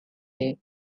hay